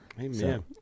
Amen